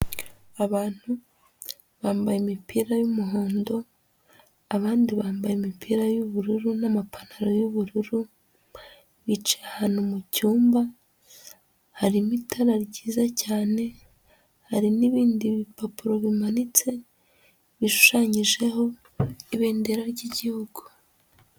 Abantu bambaye imipira y'umuhondo, abandi bambaye imipira y'ubururu n'amapantaro y'ubururu, bicaye ahantu mu cyumba, harimo itara ryiza cyane, hari n'ibindi bipapuro bimanitse, bishushanyijeho ibendera ry'igihugu.